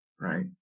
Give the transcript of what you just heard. right